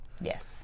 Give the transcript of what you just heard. Yes